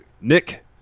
Nick